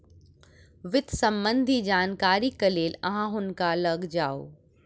वित्त सम्बन्धी जानकारीक लेल अहाँ हुनका लग जाऊ